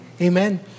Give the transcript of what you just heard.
amen